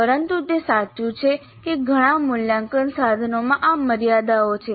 પરંતુ તે સાચું છે કે ઘણા મૂલ્યાંકન સાધનોમાં આ મર્યાદાઓ છે